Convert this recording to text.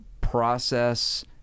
process